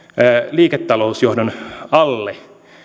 liiketalousjohdon alle